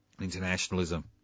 Internationalism